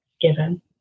given